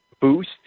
boost